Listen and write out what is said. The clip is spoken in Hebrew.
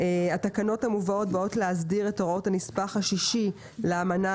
התקנות המובאות באות להסדיר את הוראות הנספח השישי לאמנה